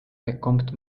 bekommt